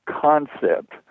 concept